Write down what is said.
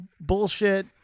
bullshit